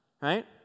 Right